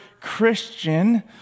Christian